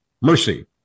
mercy